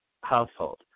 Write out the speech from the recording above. household